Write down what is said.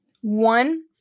One